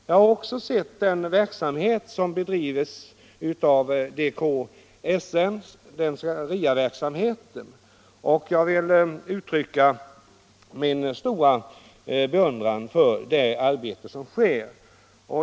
Jag har också sett den verksamhet som bedrivs område av DKSM för dess s.k. RIA-verksamhet, och jag vill uttrycka min stora beundran för det arbete som utförs.